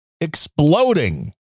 exploding